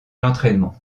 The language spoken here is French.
l’entraînement